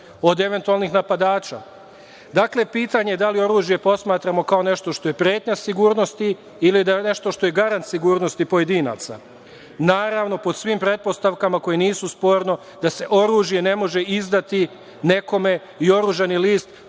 od eventualnih napadača. Dakle, pitanje je da li oružje posmatramo kao nešto što je pretnja sigurnosti ili kao nešto što je garant sigurnosti pojedinaca? Naravno, pod svim pretpostavkama koje nisu sporne, da se oružje i oružani list